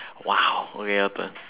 !wow! okay your turn